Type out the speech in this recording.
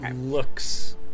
looks